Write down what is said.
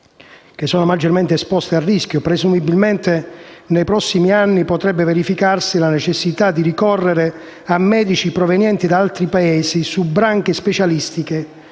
maggiormente esposte a rischi. Presumibilmente nei prossimi anni potrebbe verificarsi la necessità di ricorrere a medici provenienti da altri Paesi su branche specialistiche